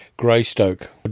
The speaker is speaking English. greystoke